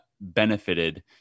benefited